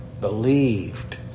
believed